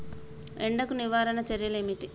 ఎండకు నివారణ చర్యలు ఏమిటి?